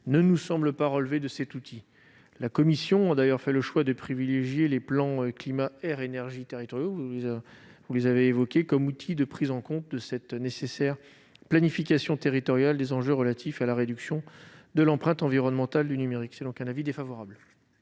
ne nous semble pas relever de cet outil. La commission a fait le choix de privilégier les plans climat-air-énergie territoriaux comme outil de prise en compte de cette nécessaire planification territoriale des enjeux relatifs à la réduction de l'empreinte environnementale du numérique. La commission a donc émis un avis défavorable